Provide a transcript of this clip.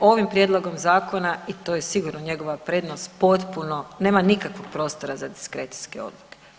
Ovim prijedlogom zakona i to je sigurno njegova prednost potpuno, nema nikakvog prostora za diskrecijske odluke.